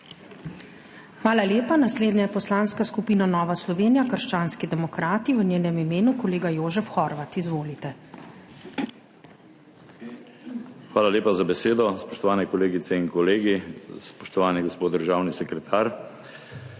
Hvala lepa. Naslednja je Poslanska skupina Nova Slovenija - krščanski demokrati, v njenem imenu kolega Jožef Horvat. Izvolite. **JOŽEF HORVAT (PS NSi):** Hvala lepa za besedo. Spoštovane kolegice in kolegi! Spoštovani gospod državni sekretar!